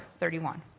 31